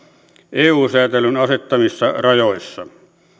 eu säätelyn asettamissa rajoissa